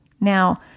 Now